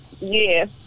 Yes